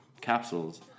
capsules